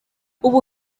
ubu